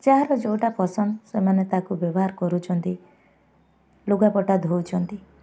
ଯାହାର ଯେଉଁଟା ପସନ୍ଦ ସେମାନେ ତାକୁ ବ୍ୟବହାର କରୁଛନ୍ତି ଲୁଗାପଟା ଧୋଉଛନ୍ତି